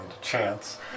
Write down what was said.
Chance